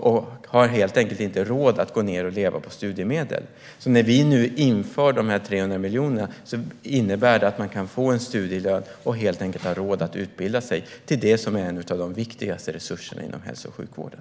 De har helt enkelt inte råd att gå ned och leva på studiemedel. När vi nu tillför dessa 300 miljoner innebär det att man kan få en studielön och ha råd att utbilda sig till det som är en av de viktigaste resurserna inom hälso och sjukvården.